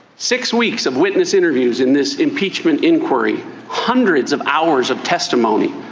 six weeks of witness interviews in this impeachment inquiry hundreds of hours of testimony.